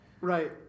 Right